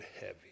heavy